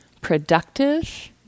productive